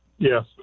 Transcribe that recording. Yes